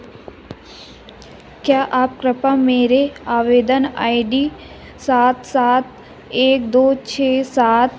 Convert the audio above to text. क्या आप कृपया मेरे आवेदन आई डी सात सात एक दो छः सात